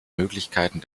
möglichkeiten